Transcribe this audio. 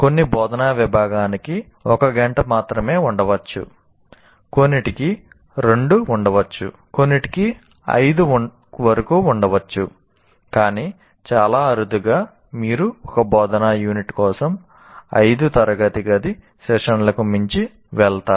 కొన్ని బోధనా విభాగానికి 1 గంట మాత్రమే ఉండవచ్చు కొన్నింటికి 2 ఉండవచ్చు కొన్నింటికి 5 వరకు ఉండవచ్చు కానీ చాలా అరుదుగా మీరు ఒక బోధనా యూనిట్ కోసం 5 తరగతి గది సెషన్లకు మించి వెళతారు